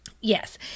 yes